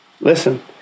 Listen